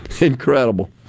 Incredible